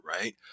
right